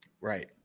Right